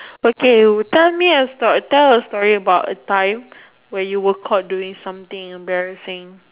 okay would tell me a story tell a story about a time when you were caught doing something embarrassing